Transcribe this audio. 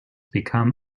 become